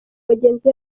bagenzi